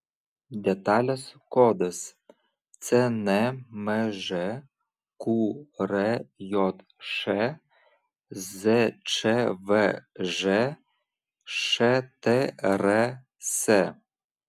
detalės kodas cnmž qrjš zčvž štrs